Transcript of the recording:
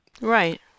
Right